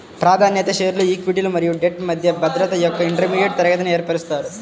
ప్రాధాన్యత షేర్లు ఈక్విటీలు మరియు డెట్ మధ్య భద్రత యొక్క ఇంటర్మీడియట్ తరగతిని ఏర్పరుస్తాయి